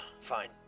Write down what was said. fine